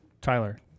tyler